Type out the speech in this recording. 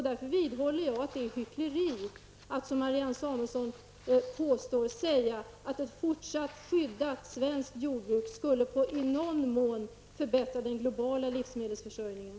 Därför vidhåller jag att det är hyckleri att som Marianne Samuelssom påstår att ett fortsatt skydd av svenskt jordbruk i någon mån skulle förbättra den globala livsmedelsförsörjningen.